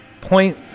Point